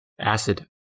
Acid